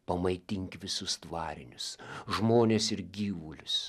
pamaitink visus tvarinius žmones ir gyvulius